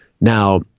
now